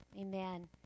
Amen